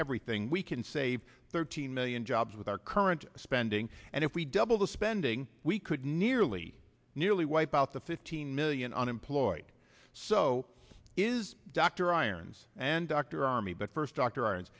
everything we can save thirteen million jobs with our current spending and if we double the spending we could nearly nearly wipe out the fifteen million unemployed so this is dr irons and dr army but first d